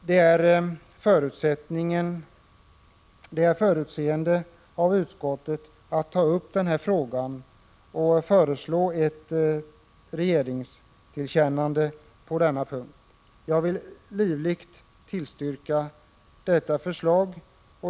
Det är förutseende av utskottet att ta upp frågan om fraktstödet och på denna punkt föreslå ett tillkännagivande till regeringen. Jag vill livligt tillstyrka detta förslag.